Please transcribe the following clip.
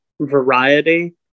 variety